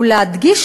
ולהדגיש,